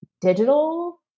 digital